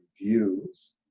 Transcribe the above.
views